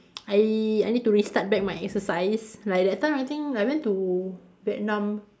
I I need to restart back my exercise like that time I think I went to Vietnam